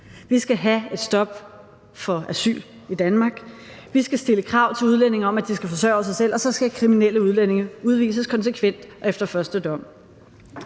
Vi skal have et stop for asyl i Danmark. Vi skal stille krav til udlændinge om, at de skal forsørge sig selv, og så skal kriminelle udlændinge udvises konsekvent efter første dom.